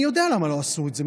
אני יודע למה לא עשו את זה,